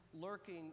lurking